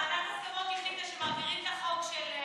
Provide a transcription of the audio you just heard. ועדת ההסכמות החליטה שמעבירים את החוק של,